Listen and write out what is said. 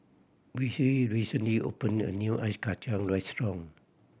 Vicy recently opened a new Ice Kachang restaurant